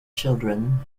children